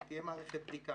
שתהיה מערכת בדיקה.